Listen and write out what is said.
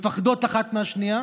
מפחדות אחת מהשנייה